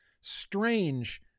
strange